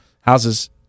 houses